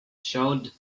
showed